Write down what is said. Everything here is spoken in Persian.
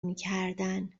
میکردن